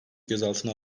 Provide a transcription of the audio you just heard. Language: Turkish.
gözaltına